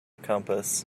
compass